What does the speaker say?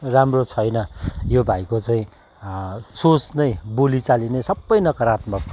राम्रो छैन यो भाइको चाहिँ सोच नै बोलीचाली नै सबै नकारात्मक